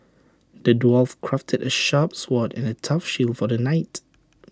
the dwarf crafted A sharp sword and A tough shield for the knight